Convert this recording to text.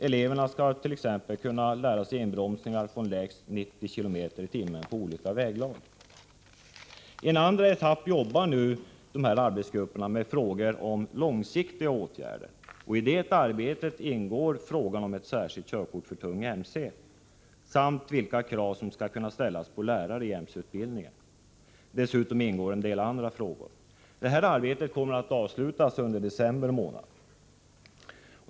Eleverna skall t.ex. lära sig att utföra inbromsningar från lägst 90 km/tim på olika vägunderlag. I en andra etapp arbetar nu ledningsgruppen med frågor om långsiktiga åtgärder. I det arbetet ingår frågan om ett särskilt körkort för tung mc samt vilka krav som skall ställas på lärare i mc-utbildningen. Dessutom ingår en del andra frågor. Detta arbete kommer att avslutas under december månad.